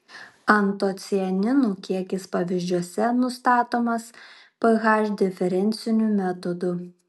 antocianinų kiekis pavyzdžiuose nustatomas ph diferenciniu metodu